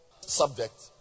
subject